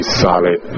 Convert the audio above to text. solid